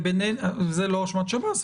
זו לא אשמת שב"ס,